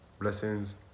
Blessings